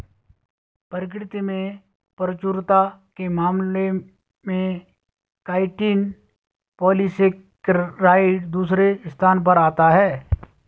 प्रकृति में प्रचुरता के मामले में काइटिन पॉलीसेकेराइड दूसरे स्थान पर आता है